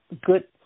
good